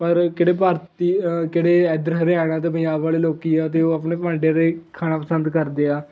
ਪਰ ਕਿਹੜੇ ਭਾਰਤੀ ਕਿਹੜੇ ਇੱਧਰ ਹਰਿਆਣਾ ਅਤੇ ਪੰਜਾਬ ਵਾਲੇ ਲੋਕ ਆ ਅਤੇ ਉਹ ਆਪਣੇ ਭਾਂਡਿਆਂ 'ਤੇ ਹੀ ਖਾਣਾ ਪਸੰਦ ਕਰਦੇ ਆ